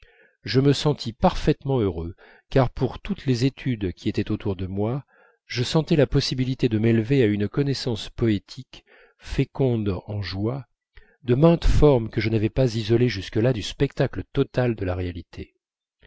je me sentis parfaitement heureux car par toutes les études qui étaient autour de moi je sentais la possibilité de m'élever à une connaissance poétique féconde en joies de maintes formes que je n'avais pas isolées jusque-là du spectacle total de la réalité